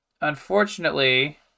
Unfortunately